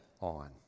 on